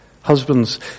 husbands